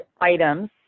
items